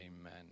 Amen